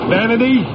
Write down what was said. Vanity